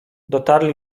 dotarli